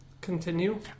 continue